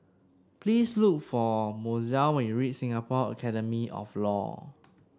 please look for Mozelle when you reach Singapore Academy of Law